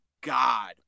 god